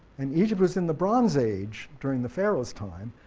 and egypt was in the bronze age during the pharaoh's time.